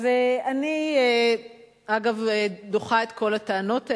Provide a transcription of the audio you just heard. אז אני, אגב, דוחה את כל הטענות האלה.